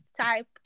type